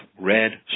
Red